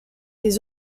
des